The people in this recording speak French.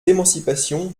d’émancipation